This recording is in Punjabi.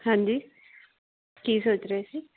ਹਾਂਜੀ ਕੀ ਸੋਚ ਰਹੇ ਸੀ